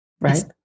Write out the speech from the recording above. right